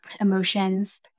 emotions